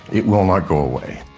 it will not go away.